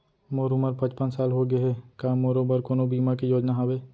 मोर उमर पचपन साल होगे हे, का मोरो बर कोनो बीमा के योजना हावे?